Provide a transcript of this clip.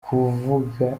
kuvuga